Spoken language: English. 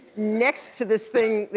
next to this thing,